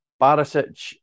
Barisic